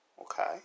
Okay